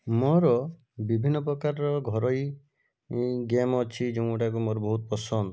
ମୋର ବିଭିନ୍ନ ପ୍ରକାରର ଘରୋଇ ଗେମ୍ ଅଛି ଯେଉଁଗୁଡ଼ାକ ମୋର ବହୁତ ପସନ୍ଦ